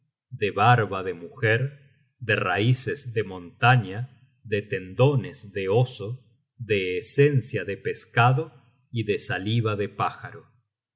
de barba de mujer de raices de montaña de tendones de oso de esencia de pescado y de saliva de pájaro